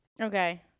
Okay